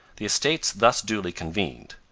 the estates thus duly convened,